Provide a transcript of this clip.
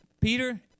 Peter